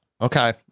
okay